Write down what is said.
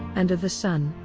and of the son,